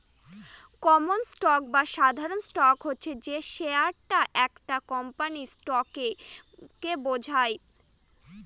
common stock বা সাধারণ stock হচ্ছে যে শেয়ারটা একটা কোম্পানির স্টককে বোঝায়